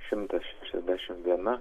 šimtas šešiasdešimt viena